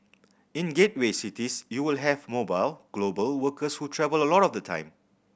in gateway cities you will have mobile global workers who travel a lot of the time